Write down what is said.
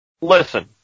listen